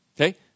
Okay